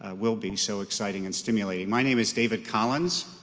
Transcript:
ah will be so exciting and stimulating. my name is david collins.